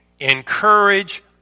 encourage